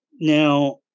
Now